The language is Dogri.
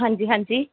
आं जी आं जी